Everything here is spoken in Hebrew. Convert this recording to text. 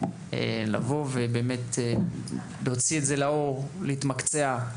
לבוא ולהוציא את זה לאור, להתמקצע,